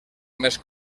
més